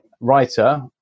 writer